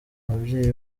ababyeyi